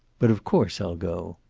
but of course i'll go.